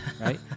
right